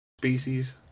Species